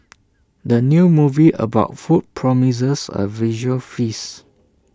the new movie about food promises A visual feast